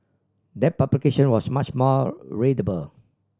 that publication was much more readable